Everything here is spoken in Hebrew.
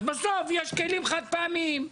אז בסוף יש כלים חד פעמיים.